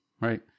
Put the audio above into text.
right